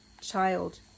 Child